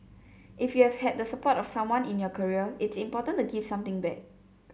if you've had the support of someone in your career it's important to give something back